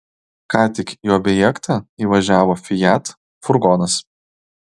ką tik į objektą įvažiavo fiat furgonas